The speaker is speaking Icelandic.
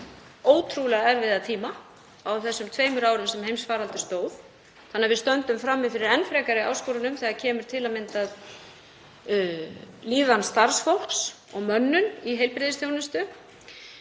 ótrúlega erfiða tíma á þessum tveimur árum sem heimsfaraldur stóð þannig að við stöndum frammi fyrir enn frekari áskorunum þegar kemur til að mynda að líðan starfsfólks og mönnun í heilbrigðisþjónustu,